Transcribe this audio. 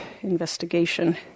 investigation